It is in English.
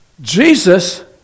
Jesus